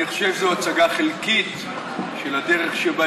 אני חושב שזו הצגה חלקית של הדרך שבה